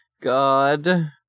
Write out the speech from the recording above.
God